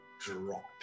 dropped